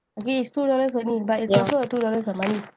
okay is two dollars only but it's ya also two dollars the money